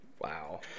wow